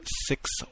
six